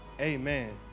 amen